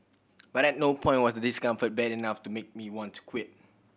but at no point was the discomfort bad enough to make me want to quit